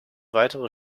weitere